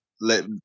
Let